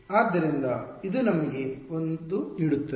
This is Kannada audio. ಆದ್ದರಿಂದ ಇದು ನಮಗೆ ಒಂದು ನೀಡುತ್ತದೆ